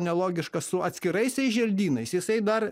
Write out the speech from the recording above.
nelogiškas su atskiraisiais želdynais jisai dar